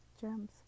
gems